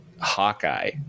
Hawkeye